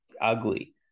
ugly